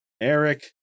Eric